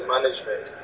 Management